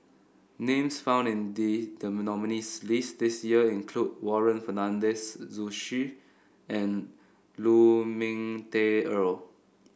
names found in the the nominees' list this year include Warren Fernandez Zhu Xu and Lu Ming Teh Earl